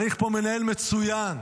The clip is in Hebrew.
צריך פה מנהל מצוין.